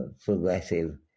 progressive